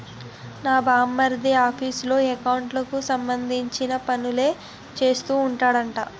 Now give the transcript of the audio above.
నా బావమరిది ఆఫీసులో ఎకౌంట్లకు సంబంధించిన పనులే చేస్తూ ఉంటాడట